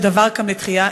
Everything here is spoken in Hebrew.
כש"דבר" קם לתחייה,